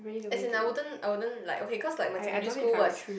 as in I wouldn't